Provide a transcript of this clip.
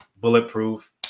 bulletproof